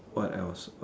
what else